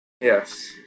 Yes